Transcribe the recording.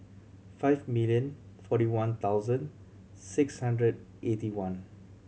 five million forty one thousand six hundred eighty one